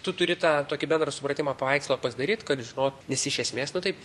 tu turi tą tokį bendrą supratimą paveikslą pasidaryt kad žinot nes iš esmės nu taip